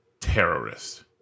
terrorist